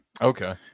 okay